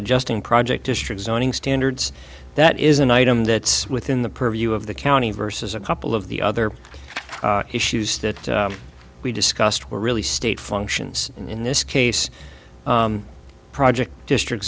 adjusting project to strict zoning standards that is an item that's within the purview of the county versus a couple of the other issues that we discussed were really state functions in this case project district